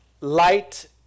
light